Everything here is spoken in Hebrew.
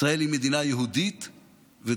ישראל היא מדינה יהודית ודמוקרטית.